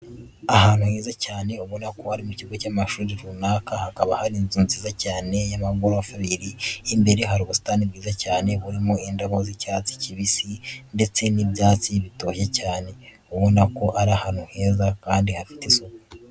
Ahantu heza cyane ubona ko ari mu kigo cy'amashuri runaka, hakaba hari inzu nziza cyane y'amagorofa abiri, imbere hari ubusitani bwiza cyane, burimo indabo z'icyatsi kibisi ndetse n'ibyatsi bitoshye cyane, ubona ko ari ahantu heza kandi hafite isuku.